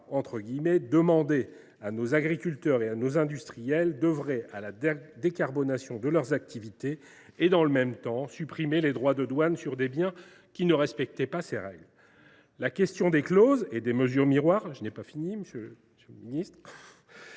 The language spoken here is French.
« demander à nos agriculteurs et à nos industriels […] d’œuvrer à la décarbonation de leurs activités et, dans le même temps, supprimer les droits de douane sur des biens qui ne respecteraient pas ces règles ». Très bien ! La question des clauses et mesures miroirs est au centre de nos